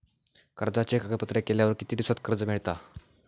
कर्जाचे कागदपत्र केल्यावर किती दिवसात कर्ज मिळता?